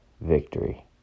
victory